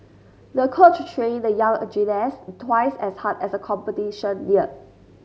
the coach trained the young gymnast twice as hard as the competition neared